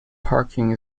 parking